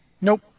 Nope